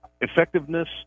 effectiveness